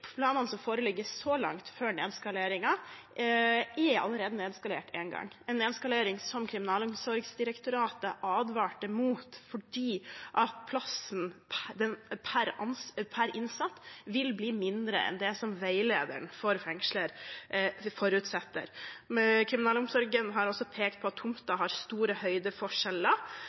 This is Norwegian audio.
planene som foreligger så langt, før nedskaleringen, er allerede nedskalert en gang. Det er en nedskalering som Kriminalomsorgsdirektoratet advarte mot fordi plassen per innsatt vil bli mindre enn det som veilederen for fengsler forutsetter. Kriminalomsorgen har også pekt på at tomta har store høydeforskjeller,